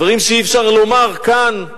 דברים שאי-אפשר לומר כאן,